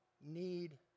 need